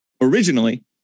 originally